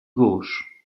gauche